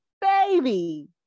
Baby